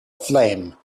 flame